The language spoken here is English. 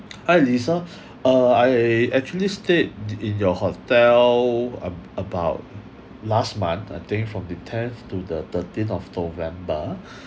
hi lisa uh I actually stayed d~ in your hotel ab~ about last month I think from the tenth to the thirteenth of november